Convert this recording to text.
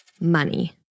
Money